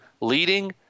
leading